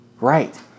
Right